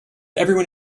everyone